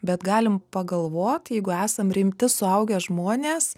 bet galim pagalvot jeigu esam rimti suaugę žmonės